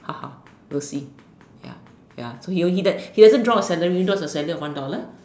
haha we'll see ya ya he hasn't drawn a salary of one dollar